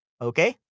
Okay